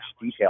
detail